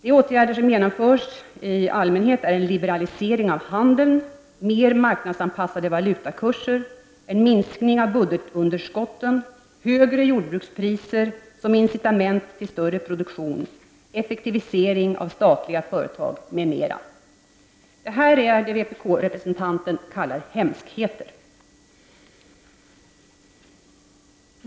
De åtgärder som genomförs i allmänhet är en liberalisering av handeln, mer marknadsanpassade valutakurser, en minskning av budgetunderskotten, högre jordbrukspriser som incitament till större produktion, effektivisering av statliga företag m.m.” Detta är vad vpk-representanten kallar hemskheter.